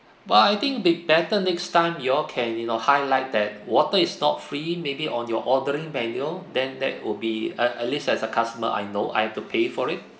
but I think be better next time y'all can you know highlight that water is not free maybe on your ordering menu then that would be at at least as a customer I know I have to pay for it